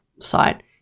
site